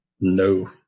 no